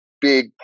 big